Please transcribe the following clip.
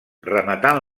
rematant